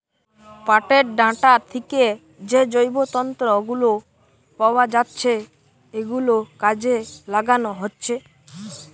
পাটের ডাঁটা থিকে যে জৈব তন্তু গুলো পাওয়া যাচ্ছে ওগুলো কাজে লাগানো হচ্ছে